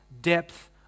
depth